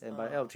ah